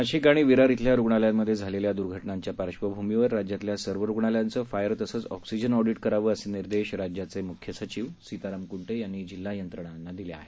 नाशिक आणि विरार इथल्या रुग्णालयांमध्ये झालेल्या द्र्घटनांच्या पार्श्वभूमीवर राज्यातल्या सर्व रुग्णालयांचं फायर तसंच ऑक्सिजन ऑडीट करावं असे निर्देश राज्याचे म्ख्य सचिव सीताराम कंटे यांनी जिल्हा यंत्रणांना दिले आहेत